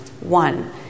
one